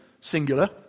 singular